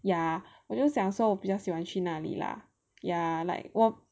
ya 我就想说我比较喜欢去那里 lah yeah like 我